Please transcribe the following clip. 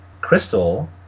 Crystal